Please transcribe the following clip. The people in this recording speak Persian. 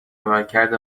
عملکرد